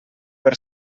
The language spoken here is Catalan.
per